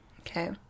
Okay